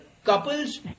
couples